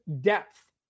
depth